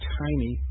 tiny